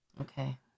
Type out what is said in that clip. Okay